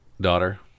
daughter